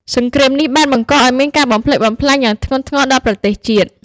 សង្គ្រាមនេះបានបង្កឱ្យមានការបំផ្លិចបំផ្លាញយ៉ាងធ្ងន់ធ្ងរដល់ប្រទេសជាតិ។